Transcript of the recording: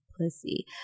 pussy